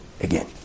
again